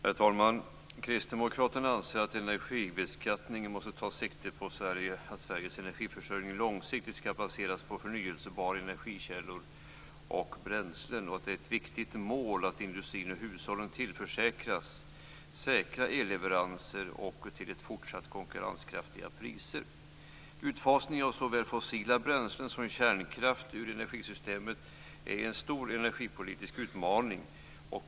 Herr talman! Kristdemokraterna anser att energibeskattningen måste ta sikte på att Sveriges energiförsörjning långsiktigt skall baseras på förnyelsebara energikällor och bränslen. Ett viktigt mål är att industrin och hushållen tillförsäkras säkra elleveranser och till fortsatt konkurrenskraftiga priser. Utfasningen av såväl fossila bränslen som kärnkraft ur energisystemet är en stor energipolitisk utmaning.